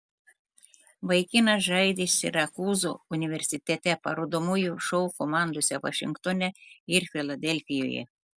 vaikinas žaidė sirakūzų universitete parodomųjų šou komandose vašingtone ir filadelfijoje